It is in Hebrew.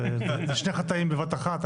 אז זה שני חטאים בבת אחת.